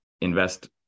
invest